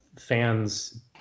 fans